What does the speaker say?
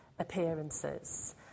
appearances